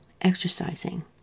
exercising